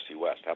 West